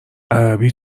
عربی